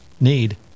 need